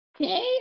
Okay